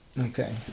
Okay